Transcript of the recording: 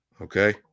Okay